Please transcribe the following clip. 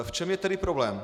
V čem je tedy problém?